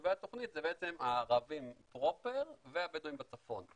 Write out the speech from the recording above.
ויישובי התוכנית זה בעצם הערבים פרופר והבדואים בצפון.